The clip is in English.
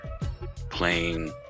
playing